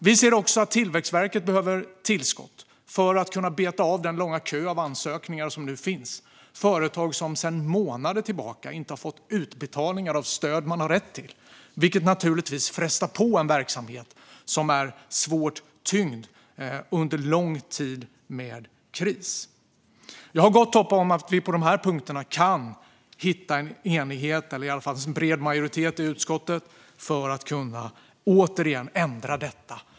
Vi ser också att Tillväxtverket behöver tillskott för att kunna beta av den långa kö av ansökningar som nu finns och som består av företag som sedan månader tillbaka inte har fått utbetalningar av stöd som de har rätt till, vilket naturligtvis frestar på en verksamhet som är svårt tyngd av en lång tid i kris. Jag har gott hopp om att vi på dessa punkter kan hitta en enighet, eller i alla fall en bred majoritet, i utskottet för att återigen kunna ändra detta.